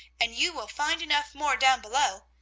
and you will find enough more down below.